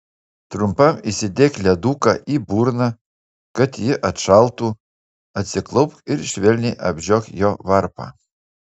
trumpam įsidėk leduką į burną kad ji atšaltų atsiklaupk ir švelniai apžiok jo varpą